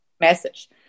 message